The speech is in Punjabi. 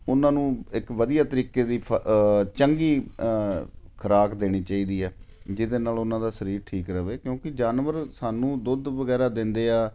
ਉਹਨਾਂ ਨੂੰ ਇੱਕ ਵਧੀਆ ਤਰੀਕੇ ਦੀ ਚੰਗੀ ਖੁਰਾਕ ਦੇਣੀ ਚਾਹੀਦੀ ਆ ਜਿਹਦੇ ਨਾਲ ਉਹਨਾਂ ਦਾ ਸਰੀਰ ਠੀਕ ਰਹੇ ਕਿਉਂਕਿ ਜਾਨਵਰ ਸਾਨੂੰ ਦੁੱਧ ਵਗੈਰਾ ਦਿੰਦੇ ਆ